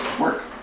work